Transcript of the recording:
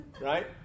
Right